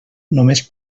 només